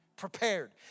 prepared